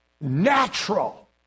natural